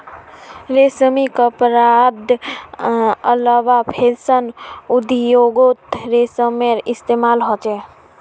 रेशमी कपडार अलावा फैशन उद्द्योगोत रेशमेर इस्तेमाल होचे